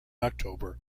october